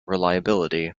reliability